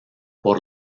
por